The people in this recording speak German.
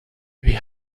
wie